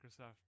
Microsoft